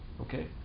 Okay